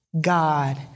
God